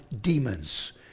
demons